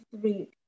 three